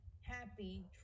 happy